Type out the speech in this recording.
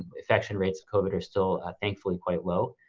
infection rates covid are still, ah thankfully quite low,